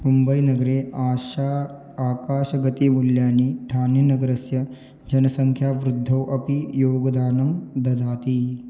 मुम्बैनगरे आशा आकाशगतिमूल्यानि ठानेनगरस्य जनसङ्ख्यावृद्धौ अपि योगदानं ददाति